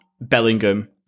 Bellingham